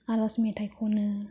आरज मेथाइ खनो